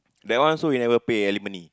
that one also we never pay alimony